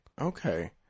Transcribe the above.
okay